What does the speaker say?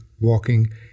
walking